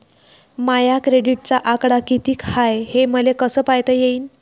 माया क्रेडिटचा आकडा कितीक हाय हे मले कस पायता येईन?